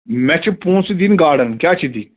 مےٚ چھِ پۅنٛسہٕ دِنۍ گاڑَن کیٛاہ چھِ دِنۍ